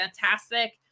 fantastic